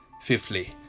Fifthly